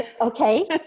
Okay